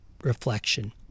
reflection